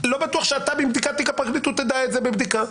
לא בטוח אתה בבדיקת תיק הפרקליטות תדע את זה בבדיקה.